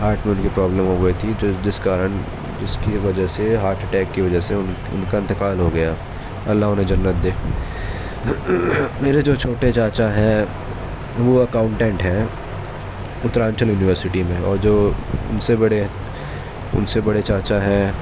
hot میں ان کی پرابلم ہو گئی تھی جس کارن جس کی وجہ سے ہاٹ اٹیک کی وجہ سے ان کا انتقال ہو گیا اللہ انہیں جنت دے میرے جو چھوٹے چاچا ہیں وہ اكاؤنٹنٹ ہیں اترانچل یونیورسٹی میں اور جو ان سے بڑے ان سے بڑے چاچا ہیں